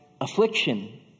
affliction